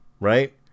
right